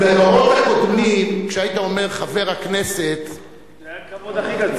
בדורות הקודמים כשהיית אומר "חבר הכנסת" זה היה הכבוד הכי גדול.